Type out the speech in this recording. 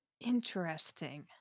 Interesting